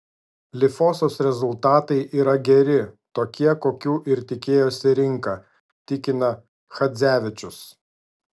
lifosos rezultatai yra geri tokie kokių ir tikėjosi rinka tikina chadzevičius